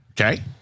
Okay